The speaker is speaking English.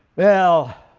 well